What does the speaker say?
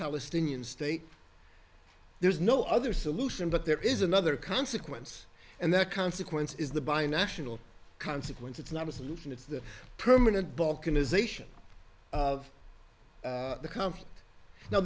palestinian state there's no other solution but there is another consequence and that consequence is the binational consequence it's not a solution it's the permanent balkanization of the